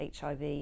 HIV